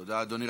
תודה, אדוני.